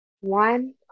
one